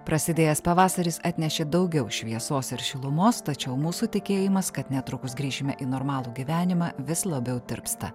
prasidėjęs pavasaris atnešė daugiau šviesos ir šilumos tačiau mūsų tikėjimas kad netrukus grįšime į normalų gyvenimą vis labiau tirpsta